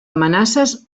amenaces